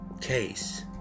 case